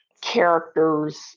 character's